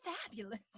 fabulous